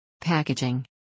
Packaging